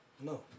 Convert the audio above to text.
No